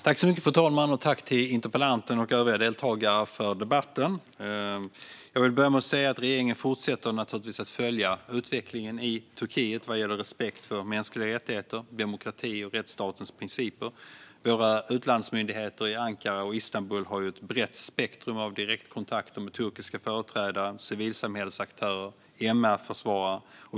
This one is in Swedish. Fru talman! Jag tackar interpellanten och övriga deltagare för debatten. Jag vill börja med att säga att regeringen naturligtvis fortsätter att följa utvecklingen i Turkiet vad gäller respekt för mänskliga rättigheter, demokrati och rättsstatens principer. Våra utlandsmyndigheter i Ankara och Istanbul har ju ett brett spektrum av direktkontakter med turkiska företrädare, civilsamhällesaktörer och MR-försvarare.